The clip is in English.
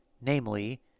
namely